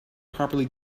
properly